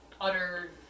utter